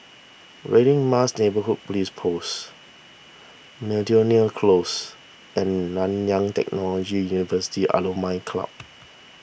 Radin Mas Neighbourhood Police Post Miltonia Close and Nanyang Technology University Alumni Club